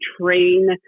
train